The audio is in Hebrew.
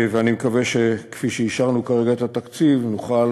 ואני מקווה שכפי שאישרנו כרגע את התקציב נוכל